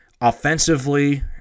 offensively